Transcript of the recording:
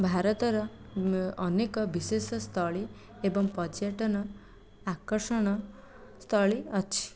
ଭାରତର ଅନେକ ବିଶେଷ ସ୍ଥଳୀ ଏବଂ ପର୍ଯ୍ୟଟନ ଆକର୍ଷଣ ସ୍ଥଳୀ ଅଛି